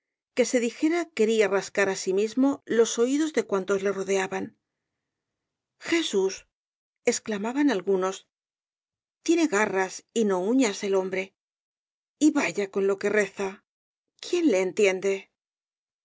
que se dijera quería rascar asimismo los oídos de cuantos le rodeaban jesús exclamaban algunos tiene garras y no uñas el hombre y vaya con lo que reza quién le entiende oh